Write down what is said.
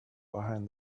behind